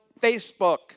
Facebook